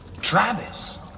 Travis